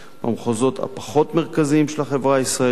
במחוזות הפחות מרכזיים של החברה הישראלית,